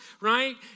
right